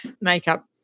makeup